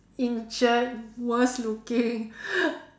injured worst looking